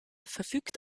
verfügt